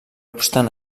obstant